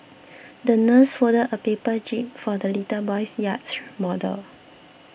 the nurse folded a paper jib for the little boy's yacht model